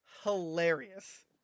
hilarious